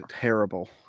terrible